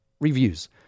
reviews